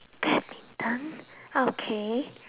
badminton okay